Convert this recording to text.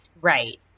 Right